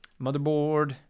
motherboard